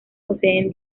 poseen